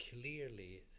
clearly